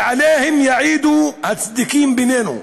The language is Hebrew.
ועליהם יעידו הצדיקים בינינו.